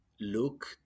look